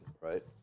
right